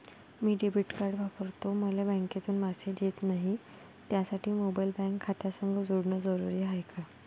मी debit card वापरतो मले बँकेतून मॅसेज येत नाही, त्यासाठी मोबाईल बँक खात्यासंग जोडनं जरुरी हाय का?